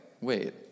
wait